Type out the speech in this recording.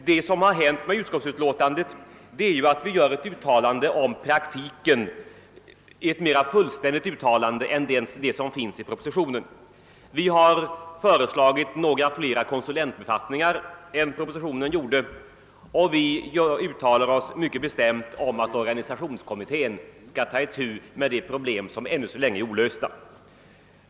Vad vi har gjort i utskottsutlåtandet är att infoga ett mera fullständigt uttalande om praktiken än det som görs i propositionen. Vi har vidare föreslagit några fler konsulentbefattningar än propositionen upptar, och vi uttalar oss slutligen om att organisationskommittén bör ta itu med de problem som ännu är olösta.